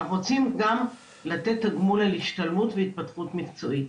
אבל רוצים גם לתת תגמול על השתלמות והתפתחות מקצועית.